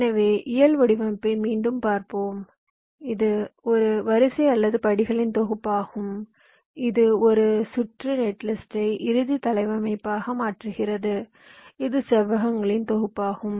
எனவே இயல் வடிவமைப்பை மீண்டும் பார்ப்போம் இது ஒரு வரிசை அல்லது படிகளின் தொகுப்பாகும் இது ஒரு சுற்று நெட்லிஸ்ட்டை இறுதி தளவமைப்பாக மாற்றுகிறது இது செவ்வகங்களின் தொகுப்பாகும்